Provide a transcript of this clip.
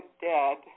dead